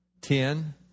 ten